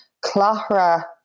Clara